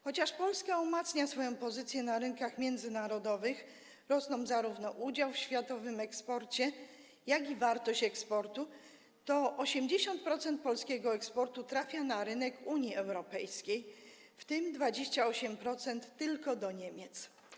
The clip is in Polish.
Chociaż Polska umacnia swoją pozycję na rynkach międzynarodowych, rosną zarówno udział w światowym eksporcie, jak i wartość eksportu, to 80% polskiego eksportu trafia na rynek Unii Europejskiej, w tym 28% tylko do Niemiec.